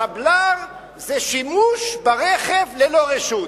שבל"ר זה שימוש ברכב ללא רשות.